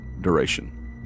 duration